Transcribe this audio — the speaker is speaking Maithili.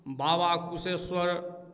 बाबा कुशेश्वर